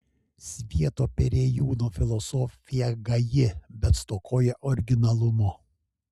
svieto perėjūno filosofija gaji bet stokoja originalumo